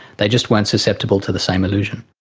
they just weren't susceptible to the same illusion.